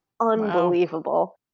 unbelievable